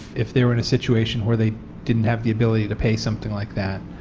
if they were in a situation where they didn't have the ability to pay something like that.